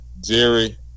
Jerry